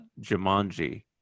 Jumanji